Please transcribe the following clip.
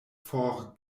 for